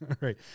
Right